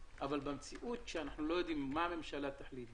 במציאות שאנחנו לא יודעים מה הממשלה תחליט,